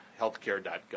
healthcare.gov